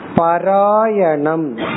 parayanam